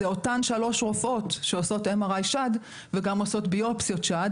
אלה אותן שלוש רופאות שעושות MRI שד וגם עושות ביופסיות שד,